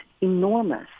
enormous